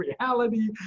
reality